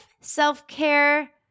Self-care